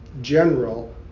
general